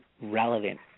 relevant